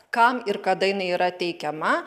kam ir kada jinai yra teikiama